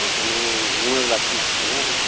अच्छा मने घुमै बला चीज छै नहि